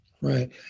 Right